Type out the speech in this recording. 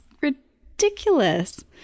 ridiculous